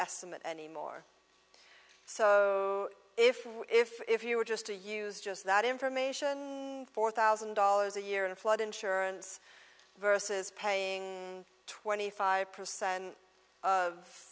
estimate anymore so if if if you were just to use just that information four thousand dollars a year in a flood insurance versus paying twenty five percent of